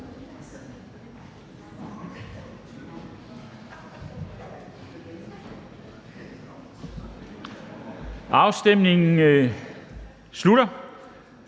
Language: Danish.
Afstemningen slutter.